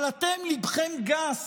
אבל אתם, ליבכם גס